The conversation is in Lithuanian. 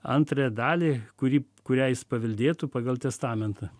antrąją dalį kurį kurią jis paveldėtų pagal testamentą